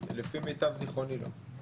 לפי מיטב זיכרוני, לא.